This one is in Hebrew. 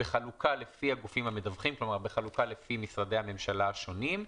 בחלוקה לפי משרדי הממשלה השונים,